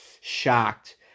shocked